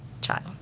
child